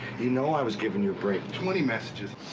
you know i was giving you a break. twenty messages.